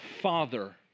Father